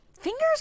fingers